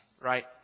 right